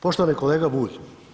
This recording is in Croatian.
Poštovani kolega Bulj.